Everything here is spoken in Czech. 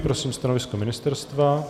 Prosím stanovisko ministerstva.